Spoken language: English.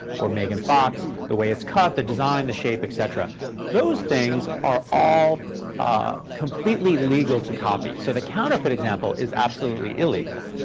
or megan fox, the way it's cut, the design, the shape, et cetera those things are all completely legal to copy. so the counterfeit example is absolutely illegal.